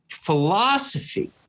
philosophy